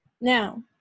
now